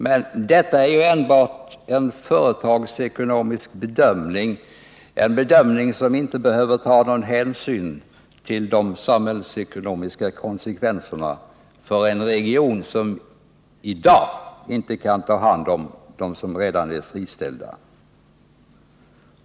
Men detta är enbart en företagsekonomisk bedömning, en bedömning som grundas på att man inte behöver ta någon hänsyn till de samhällsekonomiska konsekvenserna för en region som i dag inte kan ta hand om dem som redan är friställda.